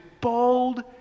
bold